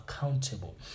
accountable